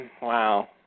Wow